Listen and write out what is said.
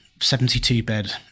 72-bed